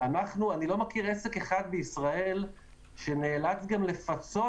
אני לא מכיר עסק אחד בישראל שנאלץ גם לפחות